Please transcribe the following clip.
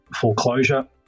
foreclosure